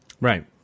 right